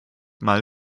mal